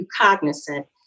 cognizant